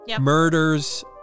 murders